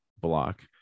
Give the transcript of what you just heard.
block